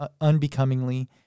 unbecomingly